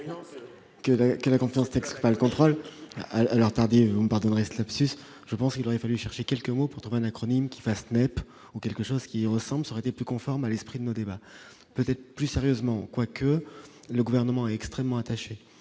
que la confiance pas le contrôle alors tardé, on pardonne reste lapsus, je pense qu'il aurait fallu chercher quelques mots pour trouver un acronyme qui Fastnet ou quelque chose qui ressemblerait et plus conforme à l'esprit de nos débats, peut-être plus sérieusement, quoi que le gouvernement est extrêmement attaché